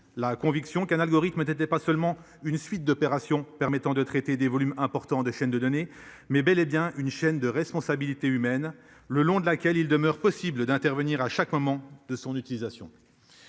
la conviction qu'un algorithme n'était pas seulement une suite d'opération permettant de traiter des volumes importants des chaînes de données mais bel et bien une chaîne de responsabilités humaines le long de laquelle il demeure possible d'intervenir à chaque moment de son utilisation.